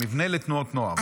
למבנה לתנועות נוער.